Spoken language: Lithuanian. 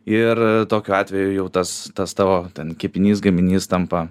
ir tokiu atveju jau tas tas tavo ten kepinys gaminys tampa